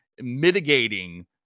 mitigating